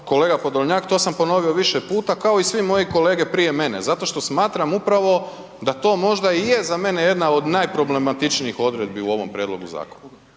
Kolega Podolnjak to sam ponovio više puta kao i svi moji kolege prije mene zato što smatram to upravo da to možda i je za mene jedna od najproblematičnijih odredbi u ovom prijedlogu zakona.